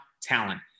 talent